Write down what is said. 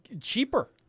cheaper